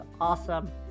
awesome